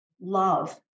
love